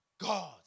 God